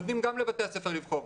נותנים גם לבתי הספר לבחור.